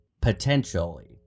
potentially